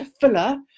fuller